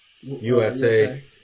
USA